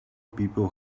people